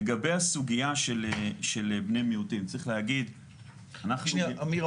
אמיר,